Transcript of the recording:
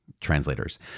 translators